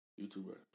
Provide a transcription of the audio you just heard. YouTuber